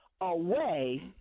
away